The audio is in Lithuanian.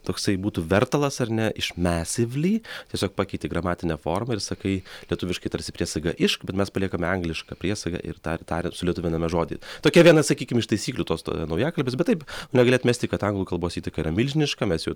toksai būtų vertalas ar ne iš massively tiesiog pakeiti gramatinę formą ir sakai lietuviškai tarsi priesaga išk bet mes paliekame anglišką priesagą ir tar tariant sulietuviname žodį tokia viena sakykim iš taisyklių tos to naujakalbės bet taip negali atmesti kad anglų kalbos įtaka yra milžiniška mes jau